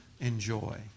enjoy